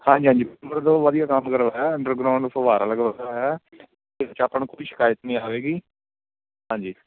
ਹਾਂਜੀ ਹਾਂਜੀ ਮਤਲਬ ਵਧੀਆ ਕੰਮ ਕਰਵਾਇਆ ਅੰਡਰਗਰਾਊਂਡ ਫੁਹਾਰਾ ਲਗਵਾਇਆ ਇਸ 'ਚ ਆਪਾਂ ਨੂੰ ਕੋਈ ਸ਼ਿਕਇਤ ਨਹੀਂ ਆਵੇਗੀ ਹਾਂਜੀ